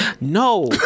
No